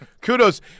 Kudos